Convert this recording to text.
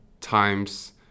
times